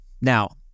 Now